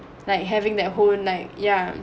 like having that whole night ya